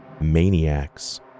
maniacs